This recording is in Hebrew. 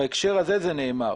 בהקשר הזה זה נאמר.